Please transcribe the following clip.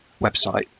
website